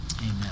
Amen